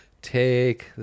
Take